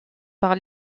par